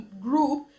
group